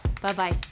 Bye-bye